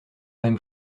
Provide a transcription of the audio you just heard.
même